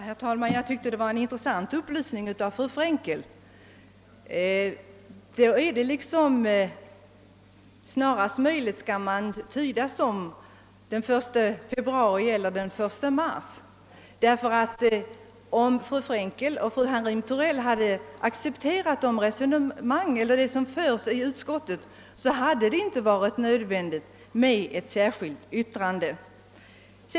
Herr talman! Jag tyckte det var en intressant upplysning fru Frzankel lämnade. Det gäller huruvida man skall tolka »så snart som möjligt» som den 1 februari eller den 1 mars. Om fru Fraenkel och fru Hamrin-Thorell hade accepterat utskottets skrivning, hade det inte varit nödvändigt med ett särskilt yttrande.